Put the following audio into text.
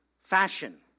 fashion